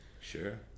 sure